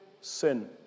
Sin